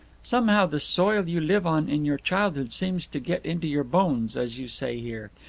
somehow the soil you live on in your childhood seems to get into your bones, as you say here.